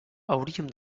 hauríem